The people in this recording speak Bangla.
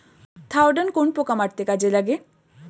থাওডান কোন পোকা মারতে কাজে লাগে?